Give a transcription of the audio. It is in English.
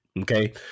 Okay